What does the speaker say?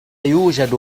يوجد